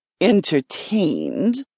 entertained